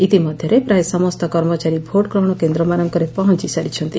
ଇତିମଧ୍ଧରେ ପ୍ରାୟ ସମ୍ଠ କର୍ମଚାରୀ ଭୋଟଗ୍ରହଣ କେନ୍ଦ୍ରମାନଙ୍କରେ ପହଂଚି ସାରିଛନ୍ତି